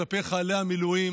כלפי חיילי המילואים